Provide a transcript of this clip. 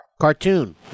cartoon